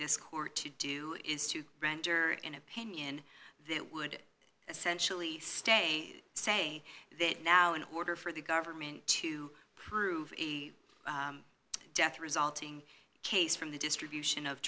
this court to do is to render an opinion that would essentially stay say that now in order for the government to prove a death resulting case from the distribution of